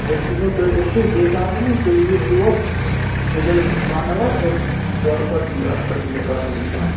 أسۍ یِمو تُہۍ أسۍ چھِ ییٚتھۍ آسان حظ تُہۍ یِیِو یور وِدِن وَن اَوَر أسۍ کَرو پَتہٕ یہِ اَتھ پٮ۪ٹھ یہِ کاروٲیی پانَے